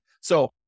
So-